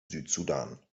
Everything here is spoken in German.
südsudan